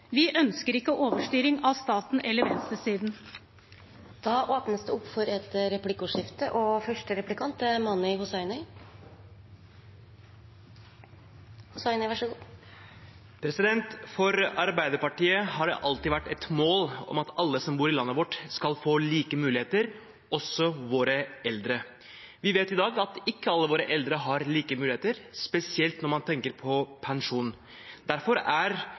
Vi ønsker ikke statens eller venstresidens overstyring. Det blir replikkordskifte. For Arbeiderpartiet har det alltid vært et mål at alle som bor i landet vårt, skal få like muligheter, også våre eldre. Vi vet i dag at ikke alle våre eldre har like muligheter, spesielt når man tenker på pensjon. Derfor er